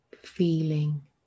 feeling